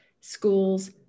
schools